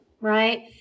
right